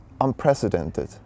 unprecedented